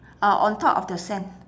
uh on top of the sand